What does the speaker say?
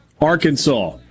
Arkansas